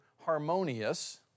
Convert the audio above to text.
harmonious